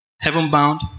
Heaven-bound